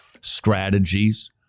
strategies